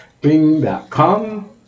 Bing.com